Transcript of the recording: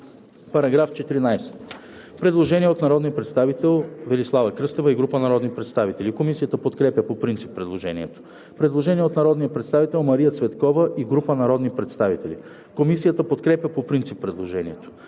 По § 14 има предложение от народния представител Велислава Кръстева и група народни представители. Комисията подкрепя по принцип предложението. Предложение от народния представител Мария Цветкова и група народни представители. Комисията подкрепя по принцип предложението.